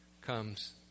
comes